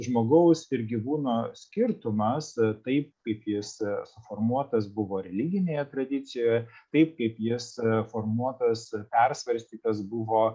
žmogaus ir gyvūno skirtumas taip kaip jis ir suformuotas buvo religinėje tradicijoje taip kaip jis reformuotas ir persvarstytas buvo